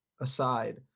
aside